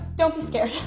don't be scared.